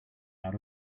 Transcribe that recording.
out